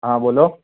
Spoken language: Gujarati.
હાં બોલો